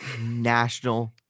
National